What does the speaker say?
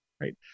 Right